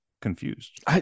confused